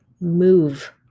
move